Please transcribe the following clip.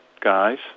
guys